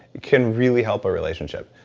can really help a relationship.